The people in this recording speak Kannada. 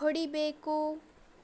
ಹೊಡಿಬೇಕು?